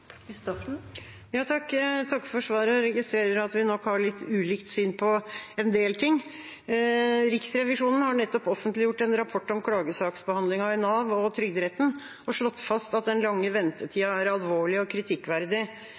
takker for svaret. Jeg registrerer at vi nok har litt ulikt syn på en del ting. Riksrevisjonen har nettopp offentliggjort en rapport om klagesaksbehandlingen i Nav og Trygderetten og slått fast at den lange ventetida er alvorlig og kritikkverdig.